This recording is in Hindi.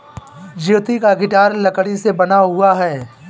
ज्योति का गिटार लकड़ी से बना हुआ है